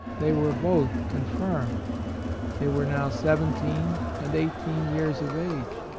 they were both confirmed they were now seventeen and eighteen years of age.